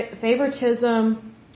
favoritism